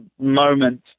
moment